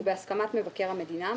ובהסכמת מבקר המדינה,